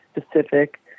specific